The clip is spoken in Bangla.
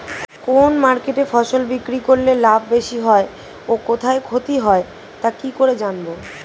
কোন মার্কেটে ফসল বিক্রি করলে লাভ বেশি হয় ও কোথায় ক্ষতি হয় তা কি করে জানবো?